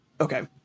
okay